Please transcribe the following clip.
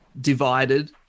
divided